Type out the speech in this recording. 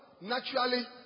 naturally